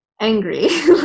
angry